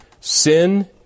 sin